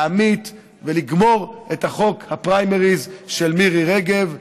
להמית ולגמור את חוק הפריימריז של מירי רגב.